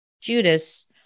Judas